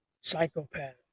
psychopath